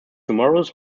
humorous